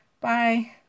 Bye